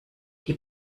die